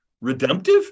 Redemptive